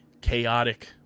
chaotic